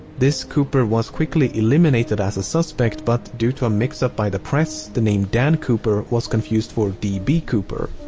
this cooper was quickly eliminated as a suspect but, due to a mixup by the press, the name dan cooper was confused for d. b. cooper,